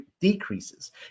decreases